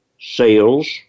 sales